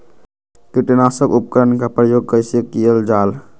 किटनाशक उपकरन का प्रयोग कइसे कियल जाल?